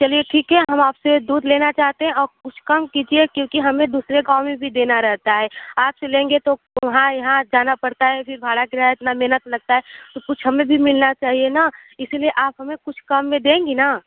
चलिए ठीक है हम आ पसे दूध लेना चाहते हैं कुछ कम कीजिए क्योंकि हमें दूसरे गाँव में भी देना रहता है आप से लेंगे तो वहाँ यहाँ जाना पड़ता है कि भाड़ा किराया इतना मेहनत लगता है तो कुछ हमें भी मिलना चाहिए ना इसी लिए आप हमें कुछ कम में देंगी ना